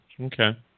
Okay